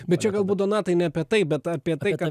bet čia gal būt donatai ne apie taip bet apie tai ką